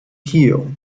kiel